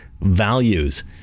values